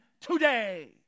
today